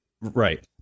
Right